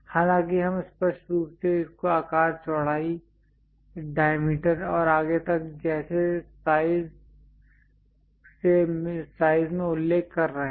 हालांकि हम स्पष्ट रूप से इसको आकार चौड़ाई डायमीटर और आगे तक जैसे साइज में उल्लेख कर रहे हैं